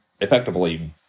effectively –